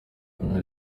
haruna